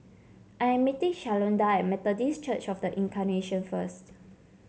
I am meeting Shalonda at Methodist Church Of The Incarnation first